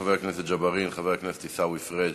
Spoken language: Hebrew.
חבר הכנסת עיסאווי פריג',